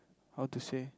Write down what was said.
how to say